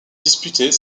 disputer